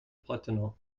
bretonneux